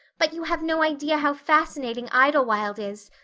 but you have no idea how fascinating idlewild is.